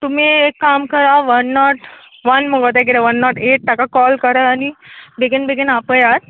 तुमी एक काम करां वन नॉट वन मगो तें किदें वन नॉट एट ताका कॉल करां आनी बेगीन बेगीन आपयात